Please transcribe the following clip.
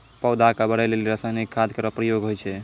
पौधा क बढ़ै लेलि रसायनिक खाद केरो प्रयोग होय छै